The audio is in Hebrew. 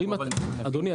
אדוני,